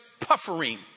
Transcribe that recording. puffering